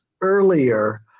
earlier